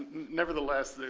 nevertheless,